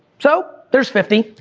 so, there's fifty,